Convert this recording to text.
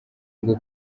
ngo